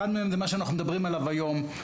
אחד מהם הוא מה שאנחנו מדברים עליו היום.